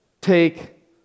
take